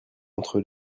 entre